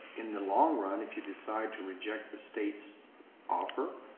in the long run, if you decide to reject the state's offer,